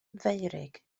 feurig